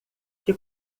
que